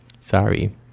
sorry